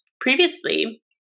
previously